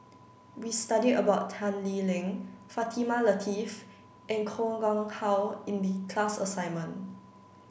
we studied about Tan Lee Leng Fatimah Lateef and Koh Nguang how in the class assignment